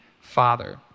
father